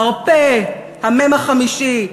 מרפא, המ"ם החמישי.